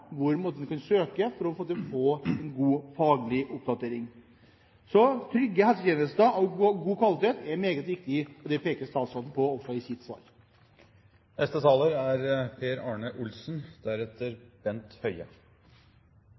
kan søke for å få en god faglig oppdatering. Trygge helsetjenester og god kvalitet er meget viktig, og det peker også statsråden på i sitt